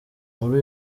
muri